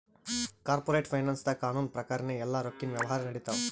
corporate ಫೈನಾನ್ಸ್ದಾಗ್ ಕಾನೂನ್ ಪ್ರಕಾರನೇ ಎಲ್ಲಾ ರೊಕ್ಕಿನ್ ವ್ಯವಹಾರ್ ನಡಿತ್ತವ